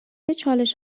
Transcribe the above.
چالش